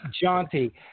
jaunty